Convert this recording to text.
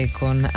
con